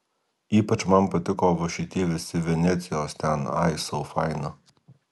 ypač man patiko va šitie visi venecijos ten ai sau faina